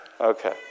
Okay